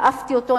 אהבתי אותו,